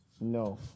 No